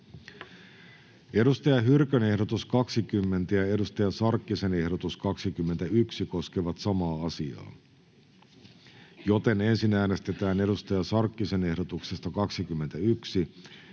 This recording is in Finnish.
ja Saara Hyrkön ehdotus 39 sekä Saara Hyrkön ehdotus 41 koskevat samaa asiaa, joten ensin äänestetään Saara Hyrkön ehdotuksesta 41